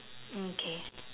mm K